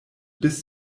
bis